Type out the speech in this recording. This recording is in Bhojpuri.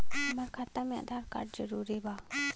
हमार खाता में आधार कार्ड जरूरी बा?